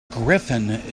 griffin